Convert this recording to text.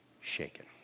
shaken